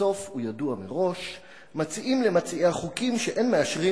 הסוף הוא ידוע מראש: מציעים למציעי החוקים שאין מאשרים